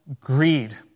Greed